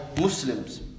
Muslims